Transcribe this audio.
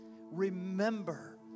Remember